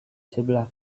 sebelah